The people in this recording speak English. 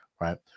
right